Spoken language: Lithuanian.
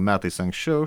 metais anksčiau